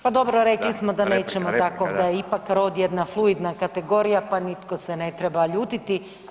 Pa dobro rekli smo da nećemo tako da je ipak rod jedna fluidna kategorija, pa nitko se ne treba ljutiti.